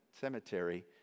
cemetery